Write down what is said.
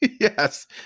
Yes